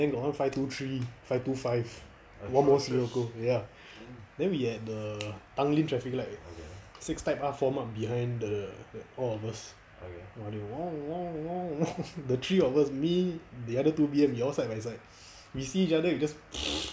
then got one five two three five two five one more sirocco ya then we at the tanglin traffic light six type R form up behind the the all of us running the three of us me the other two B_M we all side by side we see each other we just